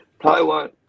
Taiwan